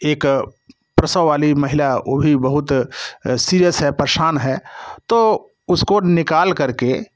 एक प्रसव वाली महिला वो भी बहुत सीरियस है परेशान है तो उसको निकाल करके